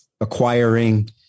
acquiring